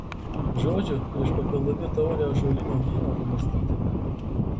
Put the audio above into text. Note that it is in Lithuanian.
žodžiu prieš pakeldami taurę ąžuolinio vyno pamąstykime